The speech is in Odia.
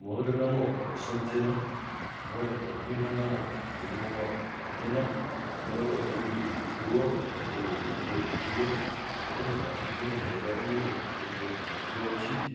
ମୋର ନାମ ଅଶୋକ ଜେନା ମୋର ପତ୍ନୀଙ୍କ ନାମ ନିରୁପମା ଜେନା ମୋର ଦୁଇଟି ପୁଅ ଓ ଗୋଟିଏ ଝିଅ ମୋର ପାଞ୍ଚ ଜଣ ପରିବାରଙ୍କୁ ନେଇ ମୁଁ ବହୁତ ଖୁସିରେ ଅଛି